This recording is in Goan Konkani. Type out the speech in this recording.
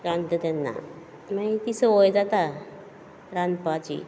रांदता तेन्ना मागीर ती संवय जाता रांदपाची